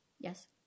Yes